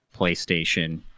PlayStation